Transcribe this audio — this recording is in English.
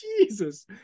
Jesus